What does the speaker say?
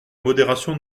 modération